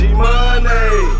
money